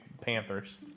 panthers